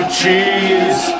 cheese